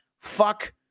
fuck